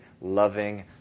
loving